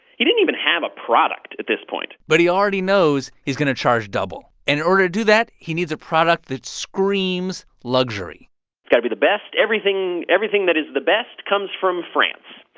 he didn't even have a product at this point but he already knows he's going to charge double. and in order to do that, he needs a product that screams luxury it's got to be the best. everything everything that is the best comes from france.